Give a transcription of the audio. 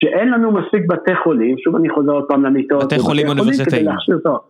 שאין לנו מספיק בתי חולים, שוב אני חוזר עוד פעם למיטות. בתי חולים אוניברסיטאים.